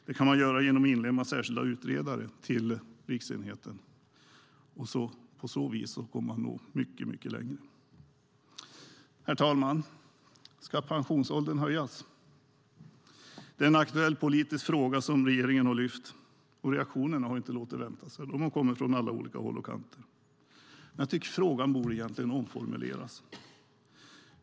Det kan ske genom att inlemma särskilda utredare till riksenheten. På så vis kan man nå längre. Herr talman! Ska pensionsåldern höjas? Det är en aktuell politisk fråga som regeringen har lyft fram. Reaktionerna har inte dröjt. De har kommit från alla olika håll och kanter. Jag tycker att frågan egentligen borde omformuleras.